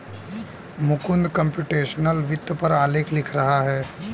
Mukund computational वित्त पर आलेख लिख रहा है